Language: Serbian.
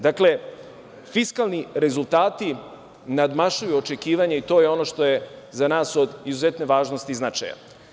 Dakle, fiskalni rezultati nadmašuju očekivanja i to je ono što je za nas od izuzetne važnosti i značaja.